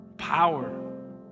power